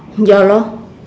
ya lor